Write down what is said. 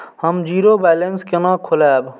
हम zero balance केना खोलैब?